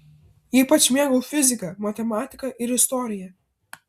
ypač mėgau fiziką matematiką ir istoriją